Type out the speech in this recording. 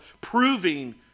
proving